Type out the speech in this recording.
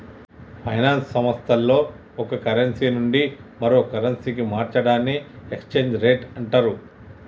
finance సంస్థల్లో ఒక currency నుండి మరో కరెన్సీకి మార్చడాన్ని ఎక్స్చేంజ్ రేట్ అంటరు